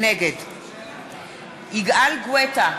נגד יגאל גואטה,